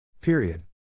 Period